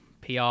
PR